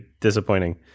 disappointing